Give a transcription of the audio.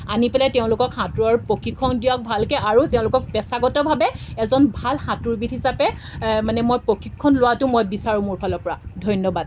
আনি পেলাই তেওঁলোকক সাঁতোৰৰ প্ৰশিক্ষণ দিয়ক ভালকৈ আৰু তেওঁলোকক পেছাগতভাৱে এজন ভাল সাঁতোৰবিদ হিচাপে মানে মই প্ৰশিক্ষণ লোৱাটো মই বিচাৰোঁ মোৰ ফালৰ পৰা ধন্যবাদ